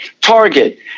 Target